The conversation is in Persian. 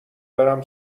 برم